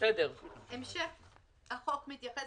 המשך החוק מתייחס